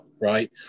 right